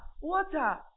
water